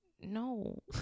No